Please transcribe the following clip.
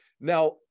Now-